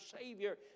Savior